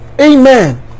Amen